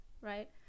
right